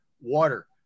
water